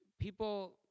people